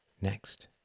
next